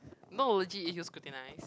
no legit if you scrutinize